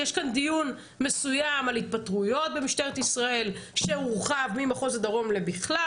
יש כאן דיון מסוים על התפטרויות במשטרת ישראל שהורחב ממחוז הדרום לבכלל.